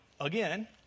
again